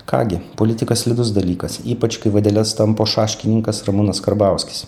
ką gi politika slidus dalykas ypač kai vadeles tampo šaškininkas ramūnas karbauskis